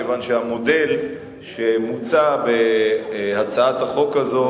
כיוון שהמודל שמוצע בהצעת החוק הזאת